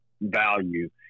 value